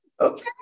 okay